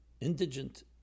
indigent